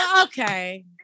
okay